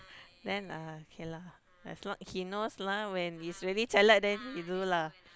then uh okay lah as long he knows lah when it's really jialat then he do lah